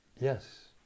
Yes